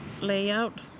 layout